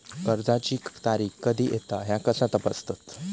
कर्जाची तारीख कधी येता ह्या कसा तपासतत?